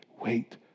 wait